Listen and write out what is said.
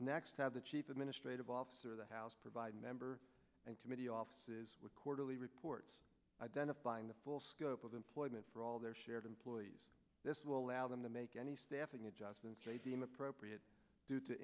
next have the chief administrative officer of the house provide member and committee offices with quarterly reports identifying the full scope of employment for all their shared employees this will allow them to make any staffing adjustment appropriate due to